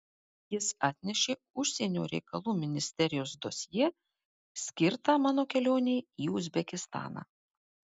jis atnešė užsienio reikalų ministerijos dosjė skirtą mano kelionei į uzbekistaną